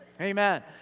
Amen